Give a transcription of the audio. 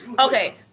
Okay